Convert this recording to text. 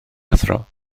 athro